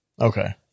Okay